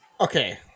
Okay